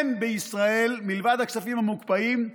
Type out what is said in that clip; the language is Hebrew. בישראל, מלבד הכספים המוקפאים,